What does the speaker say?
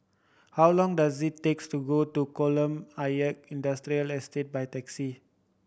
how long does it takes to go to Kolam Ayer Industrial Estate by taxi